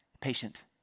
patient